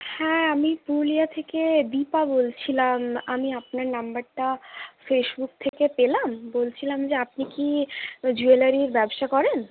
হ্যাঁ আমি পুরুলিয়া থেকে দীপা বলছিলাম আমি আপনার নাম্বারটা ফেসবুক থেকে পেলাম বলছিলাম যে আপনি কি জুয়েলারির ব্যবসা করেন